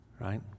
Right